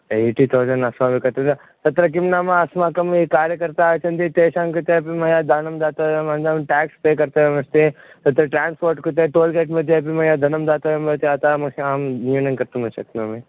eighty thousand अस्माभिः तत्र किं नाम अस्माकं ये कार्यकर्तारः सन्ति तेषां कृते अपि मया धनं दातव्यम् अनन्तरं टेक्स् पे कर्तव्यमस्ति तत्र ट्रान्स्पोर्ट् कृते टोल् गेट्मध्ये अपि मया धनं दातव्यम् भवति अतः मह्यं अहं न्यूनं कर्तुं न शक्नोमि